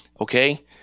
okay